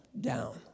down